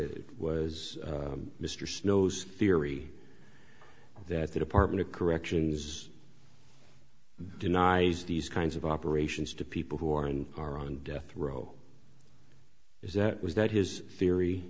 it was mr snow's theory that the department of corrections denies these kinds of operations to people who are and are on death row is that was that his